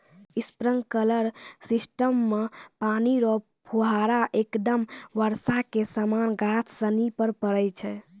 sprinkler system मे पानी रो फुहारा एकदम बर्षा के समान गाछ सनि पर पड़ै छै